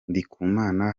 ndikumana